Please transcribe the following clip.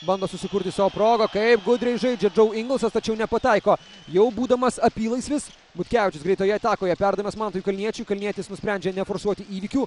bando susikurti savo progą kaip gudriai žaidžia džou ingelsas tačiau nepataiko jau būdamas apylaisvis butkevičius greitoje atakoje perdavimas mantui kalniečiui kalnietis nusprendžia neforsuoti įvykių